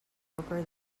poker